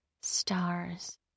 Stars